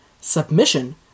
Submission